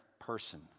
person